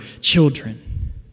children